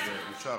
הוא היוזם.